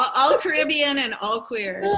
all all caribbean, and all queer.